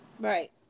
right